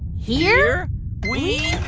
here we